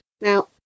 Now